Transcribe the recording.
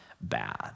bad